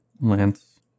Lance